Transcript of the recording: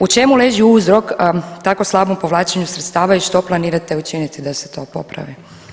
U čemu ležu uzrok tako slabom povlačenju sredstava i što planirate učiniti da se to popravi?